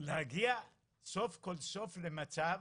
להגיע סוף כל סוף למצב